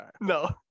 No